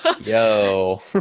yo